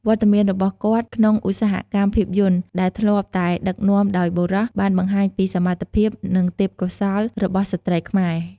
វត្តមានរបស់គាត់ក្នុងឧស្សាហកម្មភាពយន្តដែលធ្លាប់តែដឹកនាំដោយបុរស បានបង្ហាញពីសមត្ថភាព និងទេពកោសល្យរបស់ស្ត្រីខ្មែរ។